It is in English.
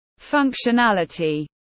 functionality